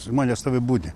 žmonės stovi budi